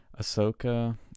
Ahsoka